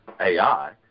AI